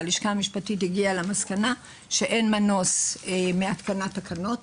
והלשכה המשפטית הגיעה למסקנה שאין מנוס מהתקנת תקנות